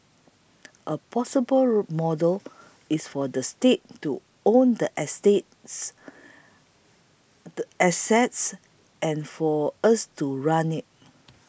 a possible model is for the state to own the astas assets and for us to run it